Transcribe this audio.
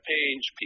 Page